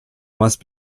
must